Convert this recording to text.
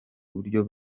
buryo